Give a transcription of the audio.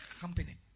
company